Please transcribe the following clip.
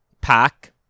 pack